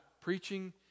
preaching